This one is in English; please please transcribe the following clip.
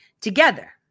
together